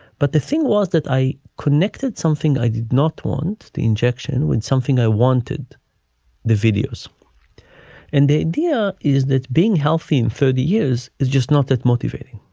but the thing was that i connected something. i did not want the injection when something i wanted the videos and the idea is that being healthy in thirty years is just not that motivating.